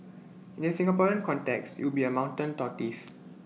in the Singaporean context you'd be A mountain tortoise